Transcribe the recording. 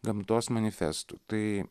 gamtos manifestu tai